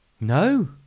no